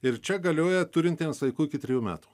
ir čia galioja turintiems vaikų iki trejų metų